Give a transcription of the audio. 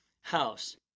house